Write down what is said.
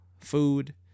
food